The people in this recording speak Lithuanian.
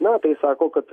na tai sako kad